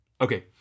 okay